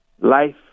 life